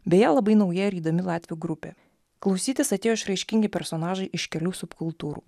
beje labai nauja ir įdomi latvių grupė klausytis atėjo išraiškingi personažai iš kelių subkultūrų